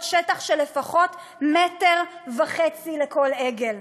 שטח של לפחות מטר וחצי רבועים לכל עגל.